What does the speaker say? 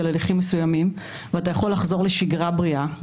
הליכים מסוימים ואתה יכול לחזור לשגרה בריאה,